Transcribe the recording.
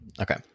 Okay